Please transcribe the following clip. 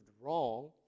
wrong